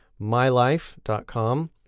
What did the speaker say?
mylife.com